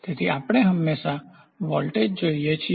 તેથી આપણે હંમેશા વોલ્ટેજની જોઈએ છીએ